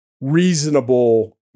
reasonable